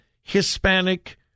Hispanic